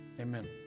Amen